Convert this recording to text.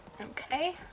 Okay